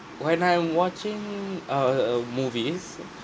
when I'm watching err movies